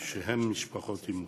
שהן משפחות אימוץ.